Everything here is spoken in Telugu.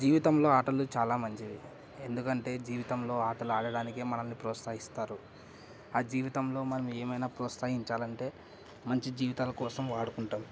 జీవితంలో ఆటలు చాలా మంచివి ఎందుకంటే జీవితంలో ఆటలు ఆడడానికి మనల్ని ప్రోస్తహిస్తారు ఆ జీవితంలో మనము ఏమైనా ప్రోస్తహించాలంటే మంచి జీవితాల కోసం వాడుకుంటాం